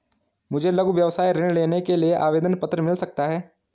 मुझे लघु व्यवसाय ऋण लेने के लिए आवेदन पत्र मिल सकता है?